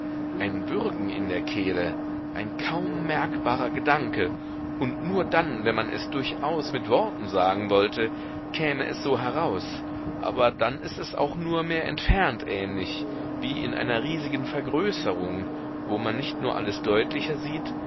ein würgen in der kehle ein kaum merkbarer gedanke und nur dann wenn man es durchaus mit worten sagen wollte käme es so heraus aber dann ist es auch nur mehr entfernt ähnlich wie in einer riesigen vergrößerung wo man nicht nur alles deutlicher sieht